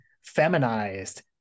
feminized